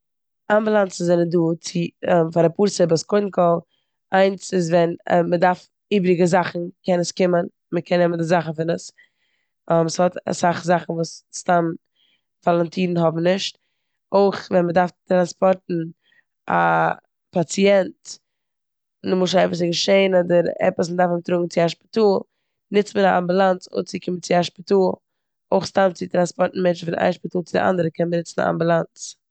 אמבאלאנסען זענען דא צו פאר אפאר סיבות. קודם כל איינס איז ווען מ'דארף איבעריגע זאכן קען עס קומען, מ'קען נעמען די זאכן פון עס. ס'האט סאך זאכן וואס סתם וואלאנטורן האבן נישט. אויך ווען מ'דארף טראנספארטן א פאציענט, נמשל עפעס איז געשען אדער עפעס מ'דארף אים טראגן צו א שפיטאל נוצט מען א אמבאלאנס אנצוקומען צו א שפיטאל. אויך סתם צו טראנספארטן מענטשן פון איין שפיטאל צו די אנדערע קען מען נוצן א אמבאלאנס.